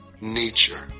nature